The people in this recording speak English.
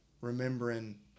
remembering